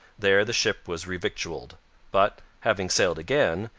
there the ship was revictualled but, having sailed again,